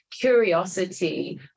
curiosity